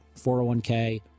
401k